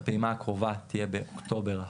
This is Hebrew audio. הפעימה הקרובה תהיה באוקטובר הקרוב,